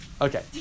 Okay